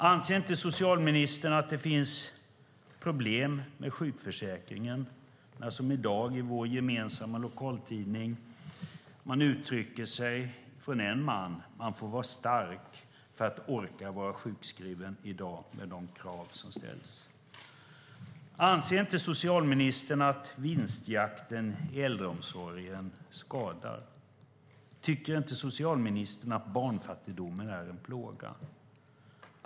Anser inte socialministern att det finns problem med sjukförsäkringen? I dag i vår gemensamma lokaltidning är det en man som säger: Man får vara stark för att orka vara sjukskriven med de krav som ställs i dag. Anser inte socialministern att vinstjakten i äldreomsorgen skadar? Tycker inte socialministern att barnfattigdomen är en plåga?